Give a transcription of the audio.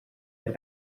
than